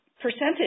percentage